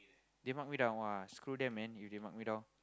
they mark me down !wah! screw them man if they mark me down